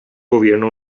gobierno